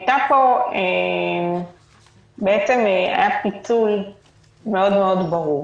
היה פה פיצול מאוד מאוד ברור.